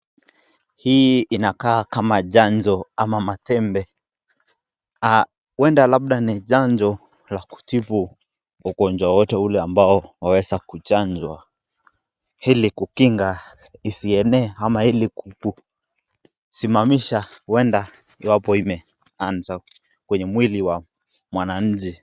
Hii inakaa kama chanjo ama matembe. Huenda labda ni chanjo ya kutibu ugonjwa wowote ule ambao unaweza kuchanjwa ili kukinga isienee ama ili kusimamisha huenda iwapo imeanza kwenye mwili wa mwananchi.